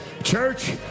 Church